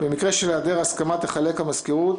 במקרה של היעדר הסכמה תחלק מזכירות